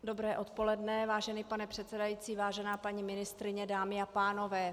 Dobré odpoledne, vážený pane předsedající, vážená paní ministryně, dámy a pánové.